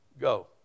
Go